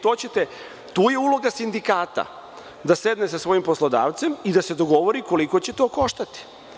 Tu je uloga sindikata, da sedne sa svojim poslodavcem i da se dogovori koliko će to koštati.